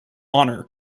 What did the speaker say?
honour